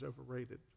overrated